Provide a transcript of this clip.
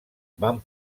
van